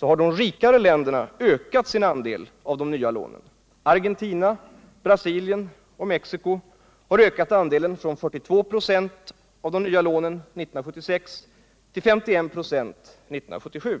har de rika länderna ökat sin andel av de nya lånen. Argentina, Brasilien och Mexico har ökat andelen från 42 926 av de nya lånen år 1976 till 51 26 år 1977.